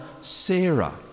Sarah